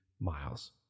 miles